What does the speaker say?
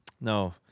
No